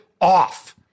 off